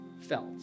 felt